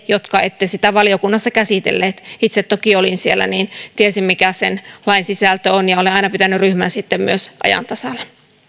jotka ette sitä valiokunnassa käsitelleet itse toki olin siellä niin että tiesin mikä sen lain sisältö on ja olen sitten aina pitänyt myös ryhmän ajan